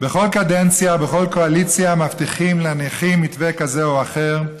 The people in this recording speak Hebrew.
בכל קדנציה ובכל קואליציה מבטיחים לנכים מתווה כזה או אחר.